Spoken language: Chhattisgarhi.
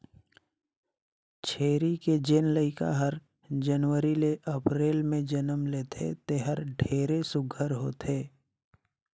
छेरी के जेन लइका हर जनवरी ले अपरेल में जनम लेथे तेहर ढेरे सुग्घर होथे